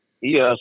Yes